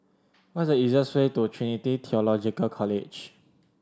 what is the easiest way to Trinity Theological College